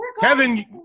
kevin